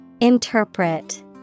Interpret